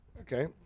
Okay